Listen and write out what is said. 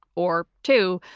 or two,